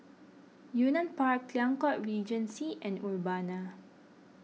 Yunnan Park Liang Court Regency and Urbana